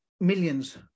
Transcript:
millions